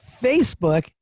Facebook